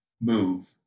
move